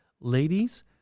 Ladies